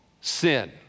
sin